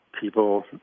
people